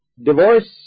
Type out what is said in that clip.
divorce